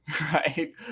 right